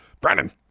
Brandon